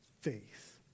Faith